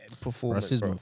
performance